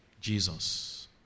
Jesus